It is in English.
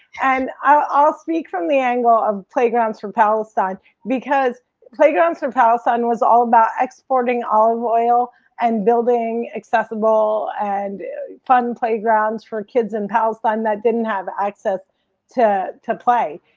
and i'll speak from the angle of playgrounds for palestine because playgrounds for palestine was all about exporting olive oil and building accessible and fun playgrounds for kids in palestine that didn't have access to to play.